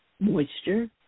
moisture